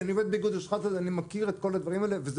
אני עובד באיגוד לשכות המסחר אז אני מכיר את כל הדברים האלה וזה